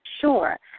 Sure